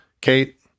Kate